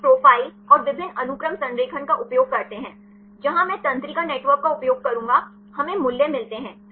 फिर हम एक प्रोफ़ाइल और विभिन्न अनुक्रम संरेखण का उपयोग करते हैं जहां मैं तंत्रिका नेटवर्क का उपयोग करूंगा हमें मूल्य मिलते हैं